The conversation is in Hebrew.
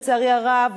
לצערי הרב,